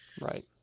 Right